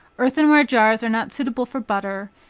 earthen-ware jars are not suitable for butter,